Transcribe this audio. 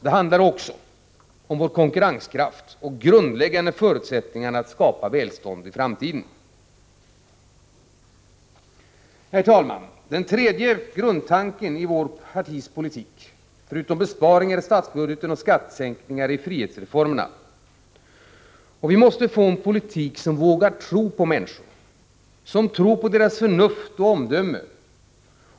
Det handlar också om vår konkurrenskraft och om grundläggande förutsättningar att skapa välstånd i framtiden. Fru talman! Den tredje grundtanken i vårt partis politik, förutom besparingar i statsbudgeten och skattesänkningar, är frihetsreformerna. Vi måste få en politik som visar tro på människor, på deras förnuft och omdöme.